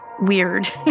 weird